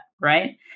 right